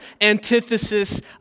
antithesis